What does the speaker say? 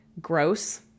gross